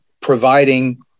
providing